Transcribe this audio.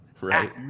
Right